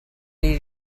gli